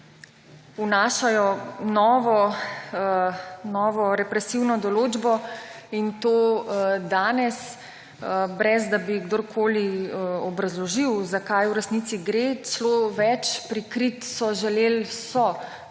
vnašajo novo represivno določbo, in to danes, brez da bi kdorkoli obrazložil, za kaj v resnici gre. Celo več, prikriti so želeli, so